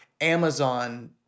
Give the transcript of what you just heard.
Amazon